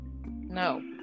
No